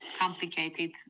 complicated